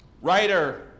writer